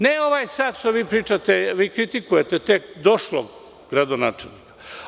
Ne ovaj sad što vi pričate, vi kritikujete došlog gradonačelnika.